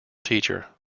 teacher